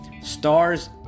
Stars